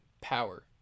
power